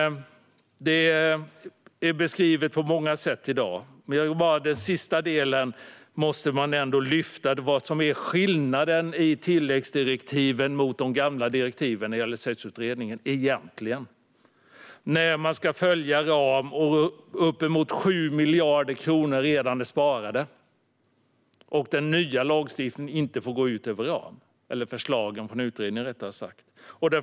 Detta har beskrivits på många sätt i dag. Men det måste ändå lyftas fram vad som egentligen är skillnaden i tilläggsdirektiven jämfört med de gamla direktiven till LSS-utredningen. Man ska följa ramen. Uppemot 7 miljarder kronor är redan sparade. Utredningens förslag till ny lagstiftning får inte gå ut över ramen.